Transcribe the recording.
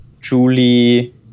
Julie